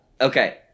Okay